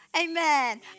Amen